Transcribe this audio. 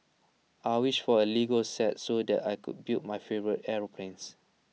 I wished for A Lego set so that I can build my favourite aeroplanes